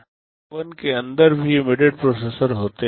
micro oven के अंदर भी एम्बेडेड प्रोसेसर होते हैं